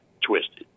twisted